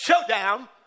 showdown